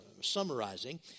summarizing